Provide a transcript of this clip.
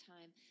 time